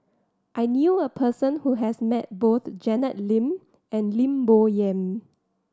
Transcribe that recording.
I knew a person who has met both Janet Lim and Lim Bo Yam